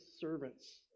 servants